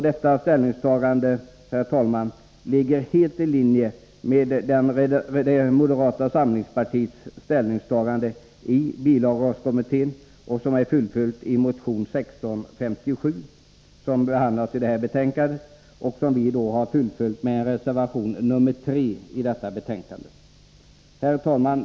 Detta uttalande ligger helt i linje med moderata samlingspartiets ställningstagande i bilavgaskommittén, vilket har uppföljts i motion 1657 som behandlas i detta betänkande och som vi har fullföljt med reservation 3. Herr talman!